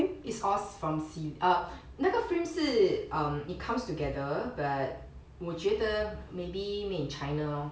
it's all from sea~ err 那个 frame 是 um it comes together but 我觉得 maybe made in china lor